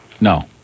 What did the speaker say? No